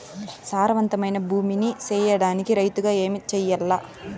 సారవంతమైన భూమి నీ సేయడానికి రైతుగా ఏమి చెయల్ల?